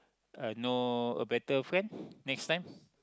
uh know a better friend next time